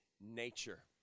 nature